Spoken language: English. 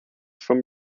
from